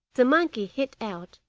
the monkey hit out,